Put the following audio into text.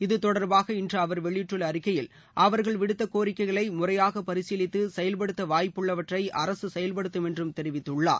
இது தொடர்பாக இன்று அவர் வெளியிட்டுள்ள அறிக்கையில் அவர்கள் விடுத்த கோரிக்கைகளை முறையாக பரிசீலித்து செயல்படுத்த வாய்ப்புள்ளவற்றை அரசு செயல்படுத்தும் என்றும் தெரிவித்துள்ளார்